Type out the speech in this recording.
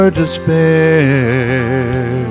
despair